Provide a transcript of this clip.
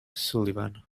sullivan